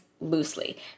loosely